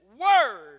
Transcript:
word